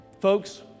Folks